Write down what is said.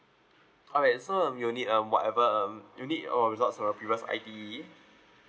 alright so um we'll need um whatever um we need all of the results from the previous I_T_E